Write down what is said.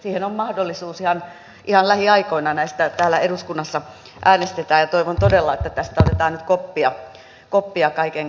siihen on mahdollisuus ihan lähiaikoina näistä täällä eduskunnassa äänestetään ja toivon todella että tästä otetaan nyt koppia kaiken kaikkiaan